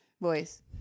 voice